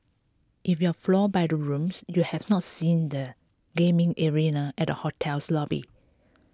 if you're floored by the rooms you have not seen the gaming arena at hotel's lobby